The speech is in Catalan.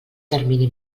termini